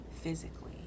physically